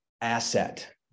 asset